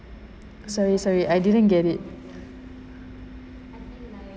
sorry sorry I didn't get it